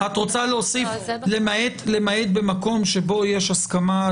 את רוצה להוסיף: למעט במקום שבו יש הסכמה?